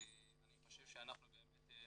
אני חושב שאנחנו באמת,